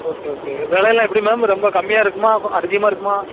okay okay விலையெல்லாம் எப்படி ma'am ரொம்ப கம்மியாக இருக்குமா அதிகமாக இருக்குமா